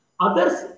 Others